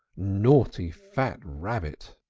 naughty fat rabbit!